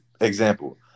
example